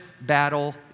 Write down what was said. battle